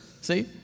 See